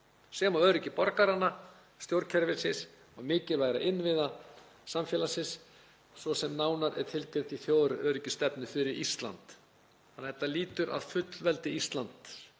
sem og öryggi borgaranna, stjórnkerfisins og mikilvægra innviða samfélagsins, svo sem nánar er tilgreint í þjóðaröryggisstefnu fyrir Ísland. Þetta lýtur að fullveldi Íslands